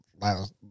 last